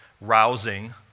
rousing